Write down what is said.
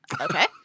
Okay